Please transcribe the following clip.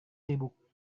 sibuk